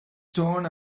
torn